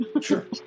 Sure